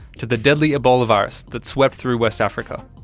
to the deadly ebola virus that swept through west africa.